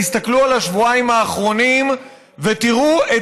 תסתכלו על השבועיים האחרונים ותראו את